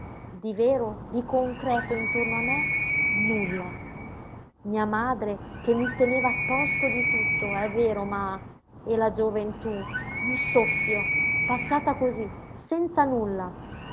di vero di concreto intorno a me nulla mia madre che mi teneva posto di tutto è vero ma e la gioventú un soffio passata cosí senza nulla